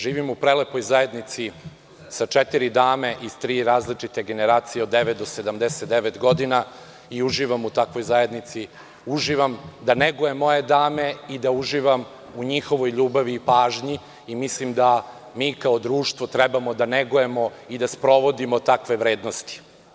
Živim u prelepoj zajednici sa četiri dame iz tri različite generacije od 9 do 79 godina i uživam u takvoj zajednici, uživam da negujem moje dame i da uživam u njihovoj ljubavi i pažnji, i mislim da mi kao društvo trebamo da negujemo i da sprovodimo takve vrednosti.